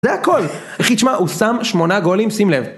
זה הכל, אחי תשמע, הוא שם שמונה גולים, שים לב.